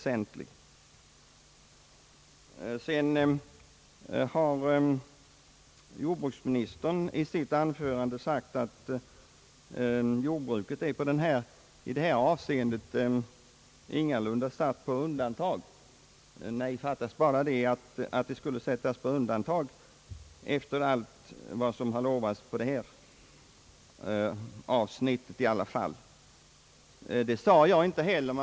Sedan har jordbruksministern sagt i sitt anförande att jordbruket i det här avseendet ingalunda är satt på undantag. Nej, det fattas bara att det skulle sättas på undantag efter allt som har lovats på detta avsnitt! Det sade jag inte heller.